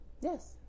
yes